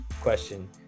question